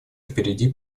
впереди